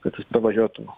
kad jis pavažiuotų